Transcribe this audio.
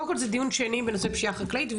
קודם כל זה דיון שני בנושא של פשיעה חקלאית,